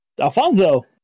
Alfonso